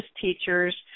teachers